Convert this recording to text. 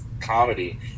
comedy